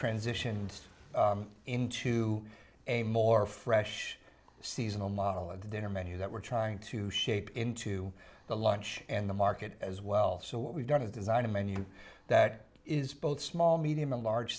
transitioned into a more fresh seasonal model of the dinner menu that we're trying to shape into the lunch and the market as well so what we've done is design a menu that is both small medium and large